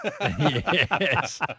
Yes